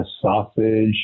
sausage